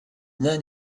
then